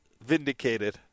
Vindicated